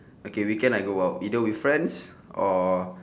okay weekend I go out either with friends or